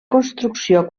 construcció